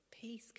Peace